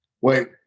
Wait